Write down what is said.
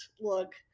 look